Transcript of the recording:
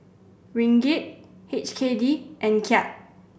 Ringgit H K D and Kyat